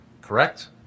correct